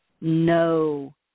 no